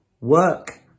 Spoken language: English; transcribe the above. work